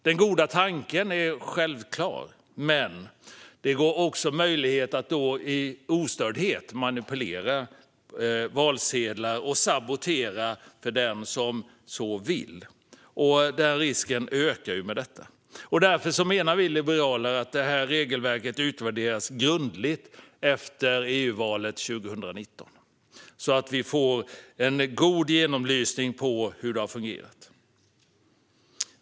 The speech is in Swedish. Den goda tanken är självklar, men det finns också möjlighet att i ostördhet manipulera valsedlar och att sabotera för den som så vill. Den risken ökar i och med detta. Därför menar vi liberaler att det regelverket ska utvärderas grundligt efter EU-valet 2019, så att vi får en god genomlysning av hur det har fungerat.